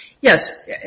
Yes